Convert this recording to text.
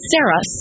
Sarah